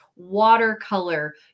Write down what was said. watercolor